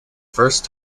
first